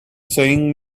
saying